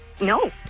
No